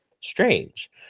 strange